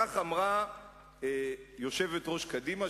כך אמרה יושבת-ראש קדימה,